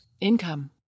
Income